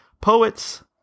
poets